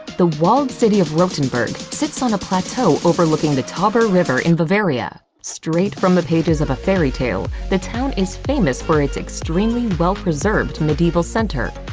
the walled city of rothenburg sits on a plateau overlooking the tauber river in bavaria. straight from the pages of a fairy tale, the town is famous for its extremely well preserved medieval center.